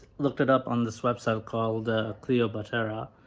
looked it up on this website called ah cleobuttera